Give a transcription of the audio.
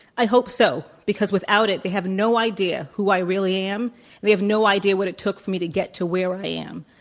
i hope so, because without it, they have no idea who i really am. and they have no idea what it took for me to get to where i am.